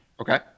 Okay